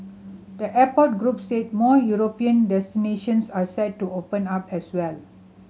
the airport group said more European destinations are set to open up as well